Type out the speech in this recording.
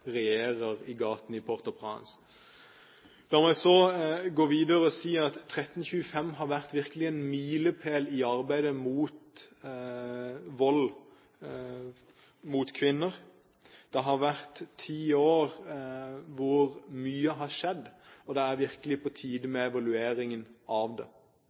regjerer i gatene i Port-au-Prince. La meg så gå videre og si at 1325 har vært en milepæl i arbeidet mot vold mot kvinner. Det har vært ti år hvor mye har skjedd, og det er virkelig på tide med en evaluering av